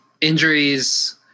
injuries